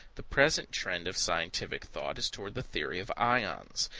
the present trend of scientific thought is toward the theory of ions.